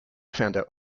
founder